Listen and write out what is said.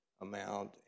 amount